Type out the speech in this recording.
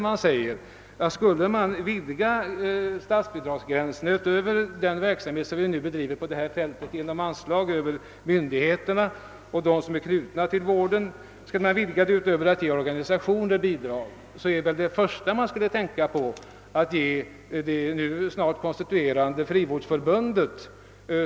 Men skulle vi vidga statsbidragsgränsen utöver den verksamhet, som vi nu bedriver på detta fält genom anslag till myndigheterna och dem som är knutna till vården, skulle vi väl i första hand tänka på det snart konstituerade frivårdsförbundet.